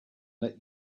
let